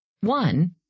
One